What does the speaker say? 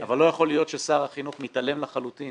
לא יכול להיות ששר החינוך מתעלם לחלוטין